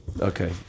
Okay